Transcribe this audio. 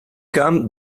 camp